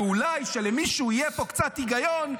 ואולי למישהו יהיה פה קצת היגיון,